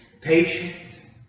patience